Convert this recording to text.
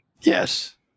Yes